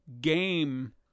game